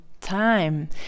time